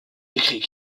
écrits